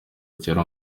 kera